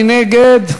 מי נגד?